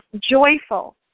joyful